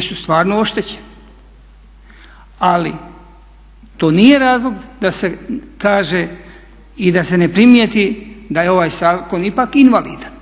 su stvarno oštećeni. Ali to nije razlog da se kaže i da se ne primijeti da je ovaj zakon ipak invalidan,